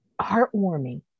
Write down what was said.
heartwarming